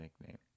nickname